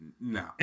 No